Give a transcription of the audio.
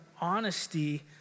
honesty